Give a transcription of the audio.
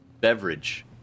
beverage